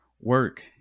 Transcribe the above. work